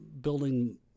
building